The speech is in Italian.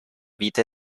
vita